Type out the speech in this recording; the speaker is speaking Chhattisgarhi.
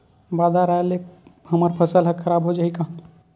बादर आय ले हमर फसल ह खराब हो जाहि का?